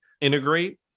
integrate